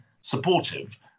supportive